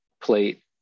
plate